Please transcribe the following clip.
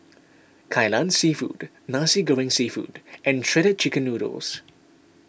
Kai Lan Seafood Nasi Goreng Seafood and Shredded Chicken Noodles